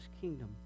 kingdom